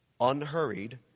Unhurried